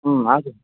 हजुर